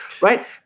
right